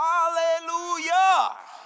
Hallelujah